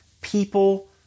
people